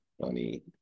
funny